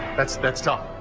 that's that's tough,